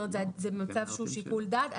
זאת אומרת, זה מצב שנתון לשיקול דעת?